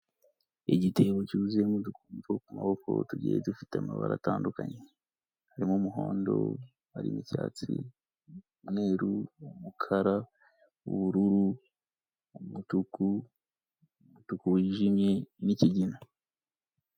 Igitebo cyuzuyemo udukumo two ku maboko tugiye dufite amabara atandukanye, harimo umuhondo, harimo icyatsi, umweru, umukara, ubururu, umutuku, umutuku wijimye n'ikigina.